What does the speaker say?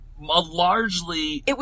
largely